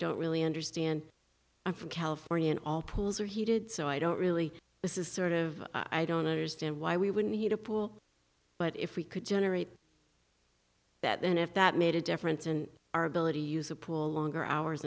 don't really understand i'm from california and all pools are heated so i don't really this is sort of i don't understand why we would need a pool but if we could generate that and if that made a difference in our ability use a pool longer hours